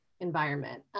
environment